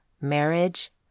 marriage